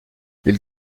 ils